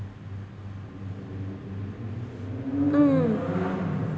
mm